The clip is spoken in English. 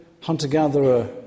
hunter-gatherer